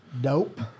Dope